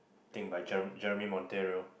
thing by Jerem~ Jeremy-Monteiro